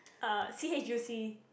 uh C_H_U_C